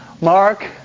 Mark